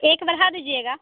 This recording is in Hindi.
एक बढ़ा दीजिएगा